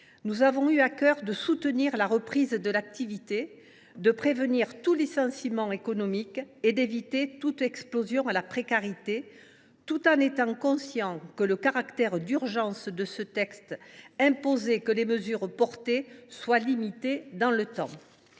Nous avons eu à cœur de soutenir la reprise de l’activité, de prévenir tout licenciement économique et d’éviter une explosion de la précarité, tout en étant conscients que le caractère d’urgence de ce texte impose que ses dispositions soient limitées dans le temps.